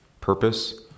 purpose